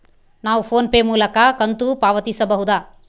ನಾವು ಫೋನ್ ಪೇ ಮೂಲಕ ಕಂತು ಪಾವತಿಸಬಹುದಾ?